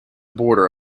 border